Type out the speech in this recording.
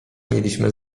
mieliśmy